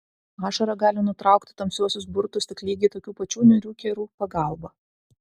ašara gali nutraukti tamsiuosius burtus tik lygiai tokių pačių niūrių kerų pagalba